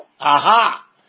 Aha